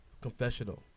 confessional